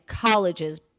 college's